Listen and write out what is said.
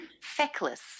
Feckless